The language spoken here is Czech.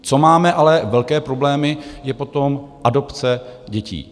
Co máme ale velké problémy, je potom adopce dětí.